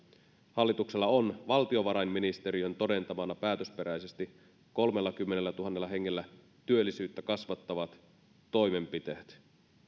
hallituksella on valtiovarainministeriön todentamana päätösperäisesti kolmellakymmenellätuhannella hengellä työllisyyttä kasvattavat toimenpiteet